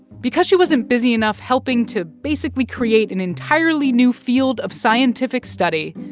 because she wasn't busy enough helping to basically create an entirely new field of scientific study,